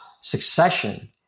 Succession